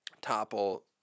topple